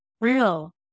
real